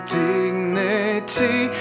dignity